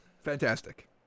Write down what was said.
fantastic